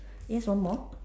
yes one more